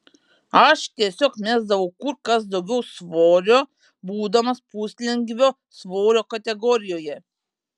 aš tiesiog mesdavau kur kas daugiau svorio būdamas puslengvio svorio kategorijoje